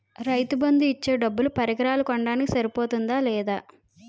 రైతు బందు ఇచ్చే డబ్బులు పరికరాలు కొనడానికి సరిపోతుందా లేదా?